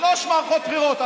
שלוש מערכות בחירות.